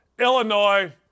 Illinois